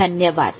धन्यवाद